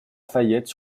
fayette